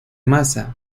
masa